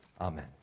amen